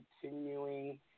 continuing